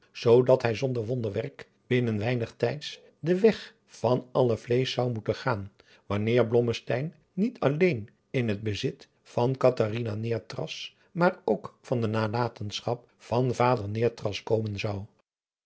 zoodat hij zonder wonderwerk binnen weinig tijds den weg van allen vleesch zou moeten gaan wanneer blommesteyn niet alleen in het bezit van catharina neerstras maar ook van de nalatenschap van vader neerstras komen zou